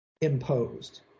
imposed